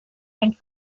and